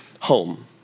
home